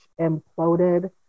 imploded